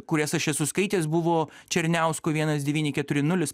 kurias aš esu skaitęs buvo černiausko vienas devyni keturi nulis